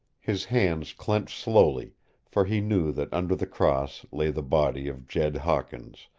his hands clenched slowly for he knew that under the cross lay the body of jed hawkins,